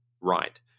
right